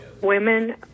Women